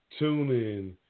TuneIn